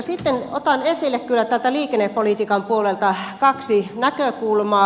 sitten otan esille täältä liikennepolitiikan puolelta kaksi näkökulmaa